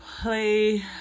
play